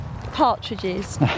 Partridges